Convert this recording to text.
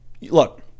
Look